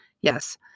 Yes